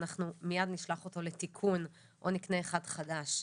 אנחנו מיד נשלח אותו לתיקון או נקנה אחד חדש.